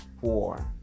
four